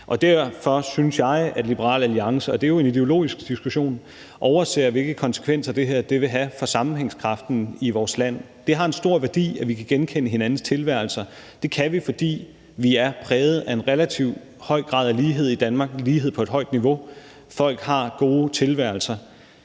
Derfor synes jeg, at Liberal Alliance, og det er jo en ideologisk diskussion, overser, hvilke konsekvenser det her vil have for sammenhængskraften i vores land. Det har en stor værdi, at vi kan genkende hinandens tilværelser. Det kan vi, fordi vi er præget af en relativt høj grad af lighed i Danmark. Det er lighed på et højt niveau; folk har gode tilværelser.